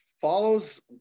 follows